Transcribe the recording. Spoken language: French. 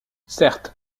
certes